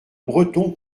breton